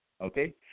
Okay